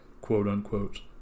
quote-unquote